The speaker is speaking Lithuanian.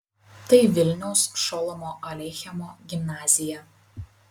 tai vilniaus šolomo aleichemo gimnazija